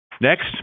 Next